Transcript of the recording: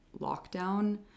Lockdown